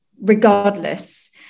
regardless